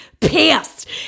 pissed